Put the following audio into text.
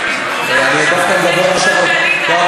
למה את יורה על שליח?